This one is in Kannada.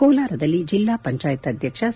ಕೋಲಾರದಲ್ಲಿ ಜಿಲ್ಲಾ ಪಂಚಾಯತ್ ಅಧ್ಯಕ್ಷ ಸಿ